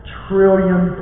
trillion